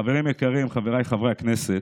חברים יקרים, חברי הכנסת,